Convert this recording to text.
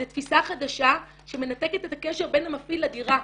זו תפיסה חדשה שמנתקת את הקשר בין המפעיל לדירה.